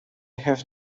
have